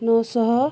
ନଅଶହ